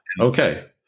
Okay